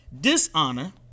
Dishonor